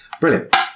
Brilliant